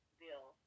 bill